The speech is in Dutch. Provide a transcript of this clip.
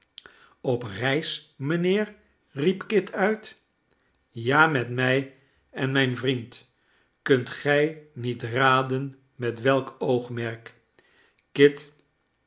op reis mijnheer riep kit uit ja met mlj en mijn vriend kunt gij niet raden met welk oogmerk kit